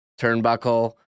turnbuckle